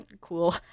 cool